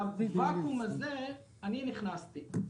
לוואקום הזה אני נכנסתי.